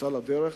שיצאה לדרך